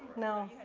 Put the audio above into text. no. oh,